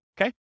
Okay